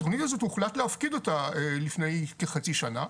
את התכנית הזו הוחלט להפקיד אותה לפני כחצי שנה,